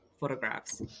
photographs